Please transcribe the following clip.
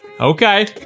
Okay